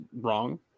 wrong